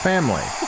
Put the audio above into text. Family